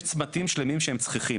יש צמתים שלמים שהם צריכים,